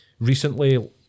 recently